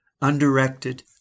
undirected